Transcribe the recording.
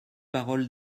parole